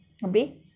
habis